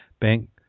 Bank